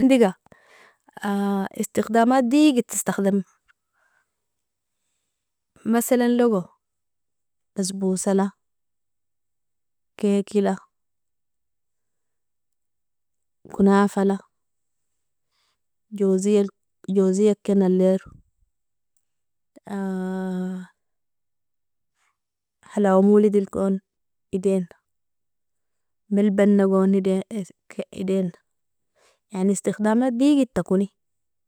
- hindiga istikhdamat digidta istikhdam, masalanlogo basbosala, kekeila, konafala, jozia ken alero halawa moalidilgon idena, malbanagon idena yani istikhdamat digidta koni.